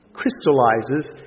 crystallizes